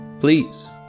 Please